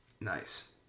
Nice